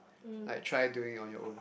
like try doing on your own